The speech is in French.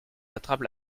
attrape